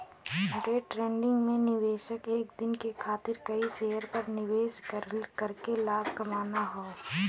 day trading में निवेशक एक दिन के खातिर कई शेयर पर निवेश करके लाभ कमाना हौ